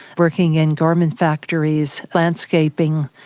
working in garment factories, landscaping,